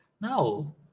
No